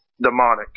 demonic